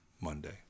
Monday